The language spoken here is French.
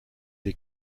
des